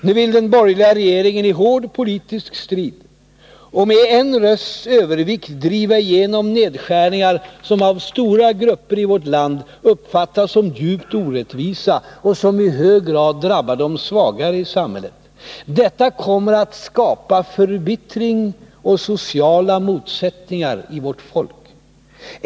Nu vill den borgerliga regeringen i hård politisk strid och med en rösts övervikt driva igenom nedskärningar 'som av stora grupper i vårt land uppfattas som djupt orättvisa och som i hög grad drabbar de svagare i samhället. Detta kommer att skapa förbittring och sociala motsättningar i vårt folk.